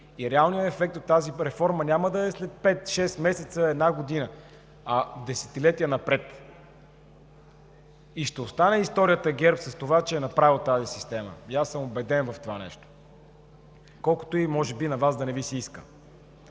Реалният ефект от тази реформа няма да е след пет-шест месеца, една година, а десетилетия напред. ГЕРБ ще остане в историята с това, че е направил тази система и аз съм убеден в това нещо, колкото, може би, и на Вас да не Ви се иска.